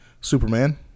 Superman